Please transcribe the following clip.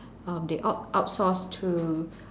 um they out outsource to